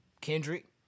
Kendrick